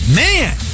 man